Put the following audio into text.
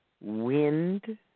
wind